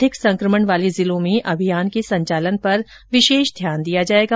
अधिक संकमण वाले जिलों में अभियान के संचालन पर विशेष ध्यान दिया जाएगा